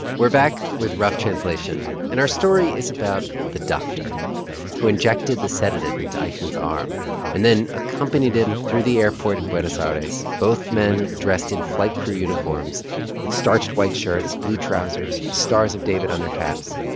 we're back with rough translation. and our story is about the doctor who injected the sedative into eichmann's arm and then accompanied him through the airport in buenos aries, both men dressed in flight crew uniforms with starched white shirts, blue trousers, stars of david on their caps.